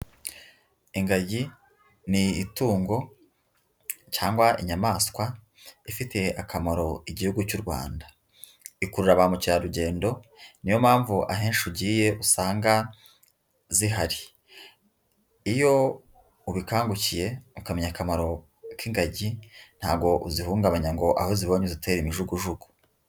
Ingagi ni itungo cyangwa inyamaswa ifitiye akamaro igihugu cy'u Rwanda, ikurura ba mukerarugendo niyo mpamvu ahenshi ugiye usanga zihari, iyo ubikangukiye ukamenya akamaro k'ingagi ntabwo uzihungabanya ngo aho uzibonye uzitere imijugujugu.